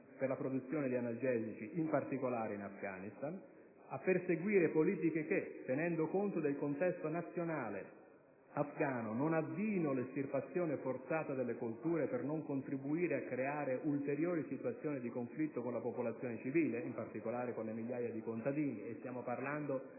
per la produzione di analgesici; a perseguire politiche che, tenendo conto del contesto nazionale afgano, non avviino l'estirpazione forzata delle colture per non contribuire a creare ulteriori situazioni di conflitto con la popolazione civile, in particolare con le migliaia di contadini che lavorano